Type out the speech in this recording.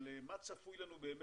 על מה שצפוי להיות?